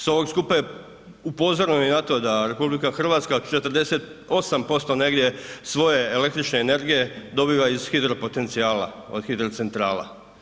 S ovog skupa je upozoreno i na to da RH 48% negdje svoje električne energije dobiva iz hidropotencijala od hidrocentrala.